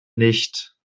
nicht